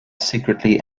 secretly